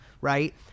right